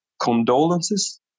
condolences